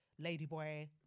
ladyboy